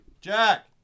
jack